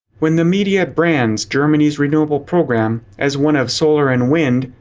when the media brands germany's renewable program as one of solar and wind,